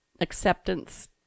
acceptance